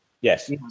Yes